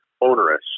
onerous